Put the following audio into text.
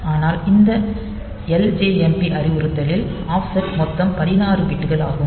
ஆனால் இந்த ljmp அறிவுறுத்தலில் ஆஃப்செட் மொத்தம் 16 பிட்கள் ஆகும்